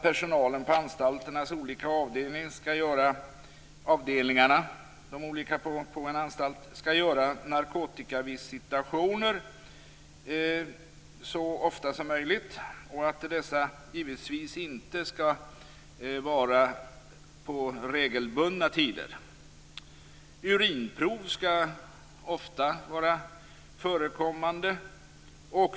Personalen på anstalternas olika avdelningar skall göra narkotikavisitationer så ofta som möjligt, och dessa skall givetvis inte ske på regelbundna tider. Urinprov skall vara ofta förekommande.